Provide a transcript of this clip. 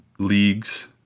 leagues